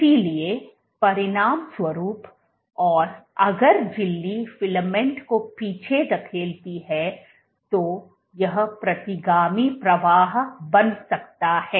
इसलिए परिणामस्वरूप और अगर झिल्ली फिलामेंट को पीछे धकेलती है तो यह प्रतिगामी प्रवाह बन सकता है